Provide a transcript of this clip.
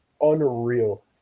Unreal